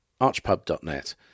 archpub.net